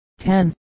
10